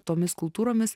tomis kultūromis